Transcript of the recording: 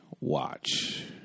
watch